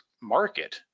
market